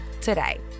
today